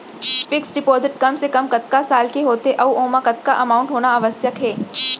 Fix deposit कम से कम कतका साल के होथे ऊ ओमा कतका अमाउंट होना आवश्यक हे?